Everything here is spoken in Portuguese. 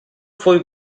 foi